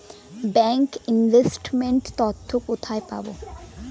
Bank investment তথ্য কোথায় পাব?